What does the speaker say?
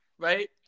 right